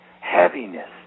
heaviness